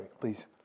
Please